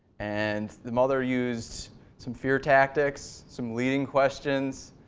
and the mother used some fear tactics, some leading questions,